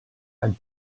ein